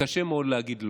קשה מאוד להגיד לא.